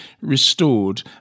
restored